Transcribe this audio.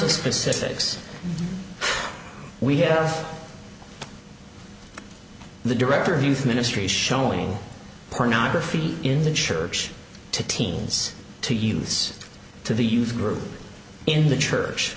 of specifics we have the director of youth ministry showing pornography in the church to teens to youths to the youth group in the church